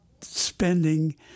spending